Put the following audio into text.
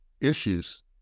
issues